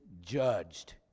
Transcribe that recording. judged